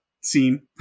scene